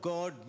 God